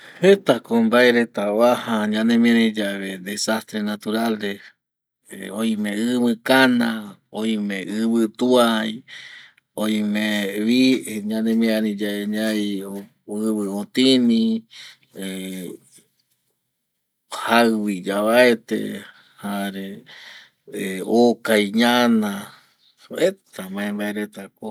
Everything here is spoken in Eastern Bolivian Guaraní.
Jeta ko mbae reta vuaja ñanemiari yave desastre natural re oime ɨvɨ kana, oime ɨvɨtuai oime vi ñanemiari yae ñai, ɨvɨ otini jaɨvi yavaete jare okai ñana, jeta maembae reta ko